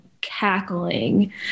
cackling